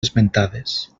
esmentades